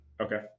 Okay